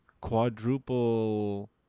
quadruple